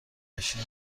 بشین